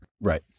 Right